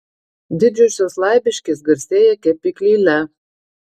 didžiosios laibiškės garsėja kepyklėle